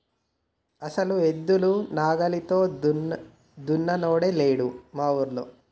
అసలు ఎద్దుల నాగలితో దున్నినోడే లేడు మా ఊరిలో